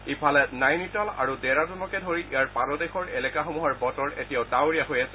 ইফালে নাইনিতাল আৰু ডেৰাডুনকে ধৰি ইয়াৰ পাদদেশৰ এলেকাসমূহৰ বতৰ এতিয়াও ডাৱৰীয়া হৈ আছে